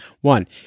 One